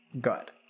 good